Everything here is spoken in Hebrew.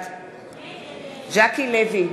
בעד ז'קי לוי,